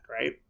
right